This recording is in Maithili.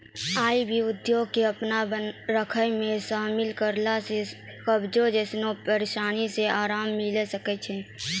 आइ.वी कद्दू के अपनो खाना मे शामिल करला से कब्जो जैसनो परेशानी से अराम मिलै सकै छै